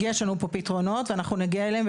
יש לנו פה פתרונות ואנחנו נגיע אליהם.